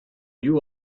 you